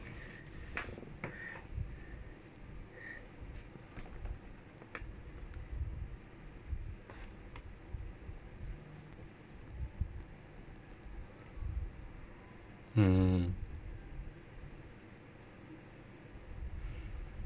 mm